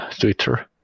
Twitter